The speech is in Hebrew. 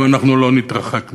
אם אנחנו לא נתרחק מכך.